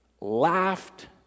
laughed